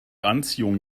anziehung